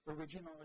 originally